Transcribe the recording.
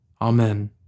Amen